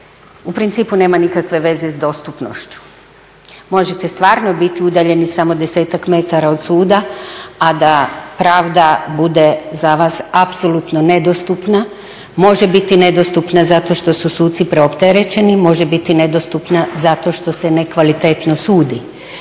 u principu nema nikakve veze s dostupnošću. Možete stvarno biti udaljeni samo 10-ak metara od suda a da pravda bude za vas apsolutno nedostupna. Može biti nedostupna zato što su suci preopterećeni, može biti nedostupna zato što se nekvalitetno sudi.